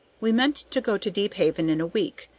we meant to go to deephaven in a week,